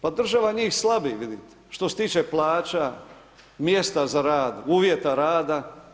Pa država njih slabi vidite što se tiče plaća, mjesta za rad, uvjeta rada.